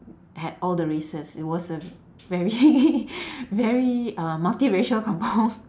had all the races it was a very very uh multiracial kampung